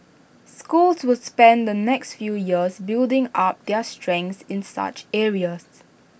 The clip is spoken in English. schools will spend the next few years building up their strengths in such areas